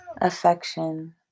affection